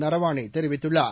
நரவானே தெரிவித்தள்ளார்